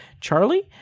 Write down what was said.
Charlie